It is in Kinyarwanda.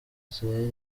israel